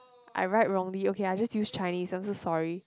I write wrongly okay I just use Chinese I'm so sorry